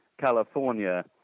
California